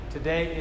Today